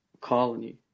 colony